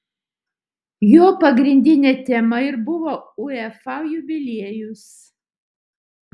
jo pagrindinė tema ir buvo uefa jubiliejus